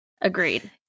Agreed